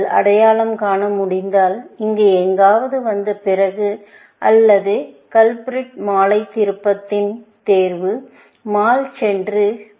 நீங்கள் அடையாளம் காண முடிந்தால் இங்கு எங்காவது வந்த பிறகு அல்லது கலப்ரிட் மாலை திருப்பத்தின் தேர்வு மாலில் சென்றார்